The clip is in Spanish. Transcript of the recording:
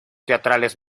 teatrales